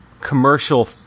commercial